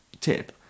tip